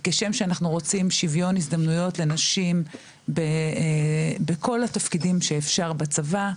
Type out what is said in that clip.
כי כשם שאנחנו רוצים שוויון הזדמנויות לנשים בכל התפקידים שאפשר בצבא,